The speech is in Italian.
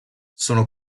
sono